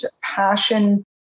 passion